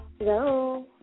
Hello